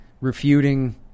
refuting